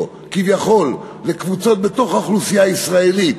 כביכול על קבוצות בתוך האוכלוסייה הישראלית